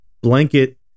blanket